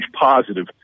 positive